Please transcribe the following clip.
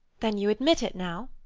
then you admit it now?